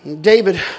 David